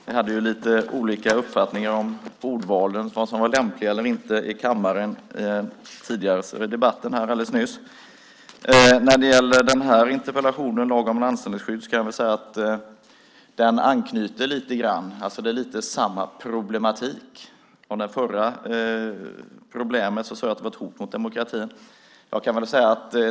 Vi hade tidigare i debatten lite olika uppfattningar om ordval och vad som var lämpligt och inte här i kammaren, och när det gäller den här interpellationen om lagen om anställningsskydd anknyter den väl lite grann till samma problematik. Om det förra problemet sade jag att det var ett hot mot demokratin.